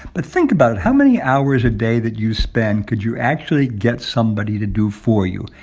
but think about it. how many hours a day that you spend could you actually get somebody to do for you?